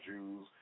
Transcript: Jews